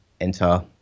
enter